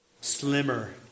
slimmer